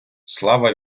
слава